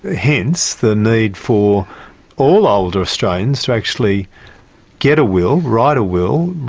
hence the need for all older australians to actually get a will, write a will,